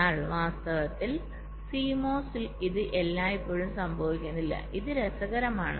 എന്നാൽ വാസ്തവത്തിൽ CMOS ൽ ഇത് എല്ലായ്പ്പോഴും സംഭവിക്കുന്നില്ല ഇത് രസകരമാണ്